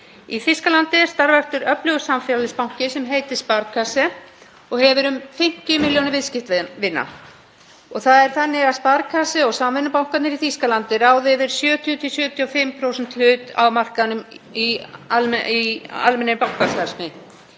Í Þýskalandi er starfræktur öflugur samfélagsbanki sem heitir Sparkasse og hefur um 50 milljónir viðskiptavina. Það er þannig að Sparkasse og samvinnubankarnir í Þýskalandi ráða yfir 70–75% hlut á markaðnum í almennri bankastarfsemi.